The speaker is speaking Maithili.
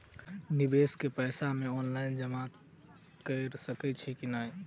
निवेश केँ पैसा मे ऑनलाइन जमा कैर सकै छी नै?